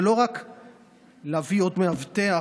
זה לא רק להביא עוד מאבטח,